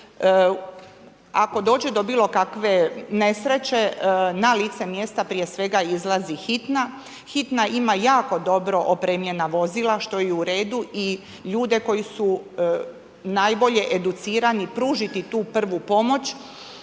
Ako dođe do bilokakve nesreće na lice mjesta prije svega izlazi hitna. Hitna ima jako dobro opremljena što je i u redu i ljude koji su najbolje educirani pružiti tu prvu pomoć